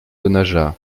denaja